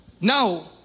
now